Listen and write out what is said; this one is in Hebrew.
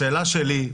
השאלה שלי,